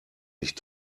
nicht